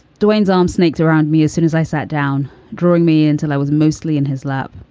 duane's arm sneaks around me as soon as i sat down, drawing me until i was mostly in his lap.